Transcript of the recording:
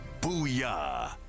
Booyah